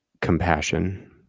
compassion